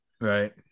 right